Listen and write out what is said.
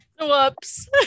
whoops